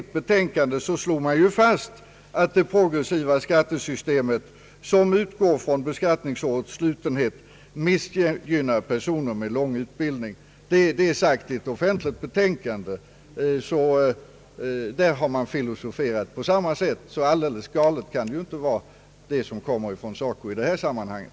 Man slog nämligen i sitt betänkan de fast att det progressiva skattesystemet, som utgår från beskattningsårets slutenhet, missgynnar personer med lång utbildning. Detta är alltså sagt i ett offentligt betänkande, där man filosoferat på samma sätt. Det som nu kommer från SACO i detta sammanhang kan därför inte vara alldeles galet.